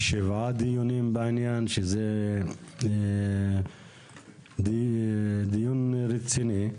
שבעה דיונים בעניין, מה שאומר שהיה דיון רציני.